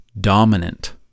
dominant